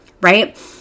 right